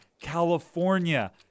California